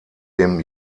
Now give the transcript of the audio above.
dem